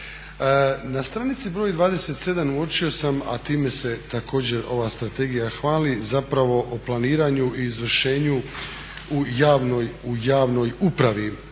Na stranici broj 27 uočio sam, a time se također ova strategija hvali, zapravo o planiranju i izvršenju u javnoj upravi